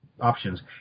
options